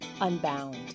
unbound